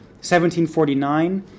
1749